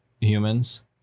humans